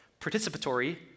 Participatory